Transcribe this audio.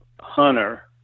hunter